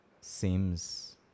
seems